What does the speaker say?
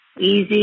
Easy